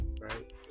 right